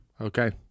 Okay